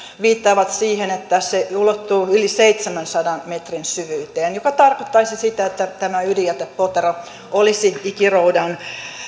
viittaavat siihen että se ulottuu yli seitsemänsadan metrin syvyyteen mikä tarkoittaisi sitä että tämä ydinjätepotero olisi ikiroudan